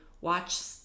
Watch